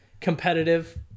competitive